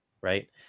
right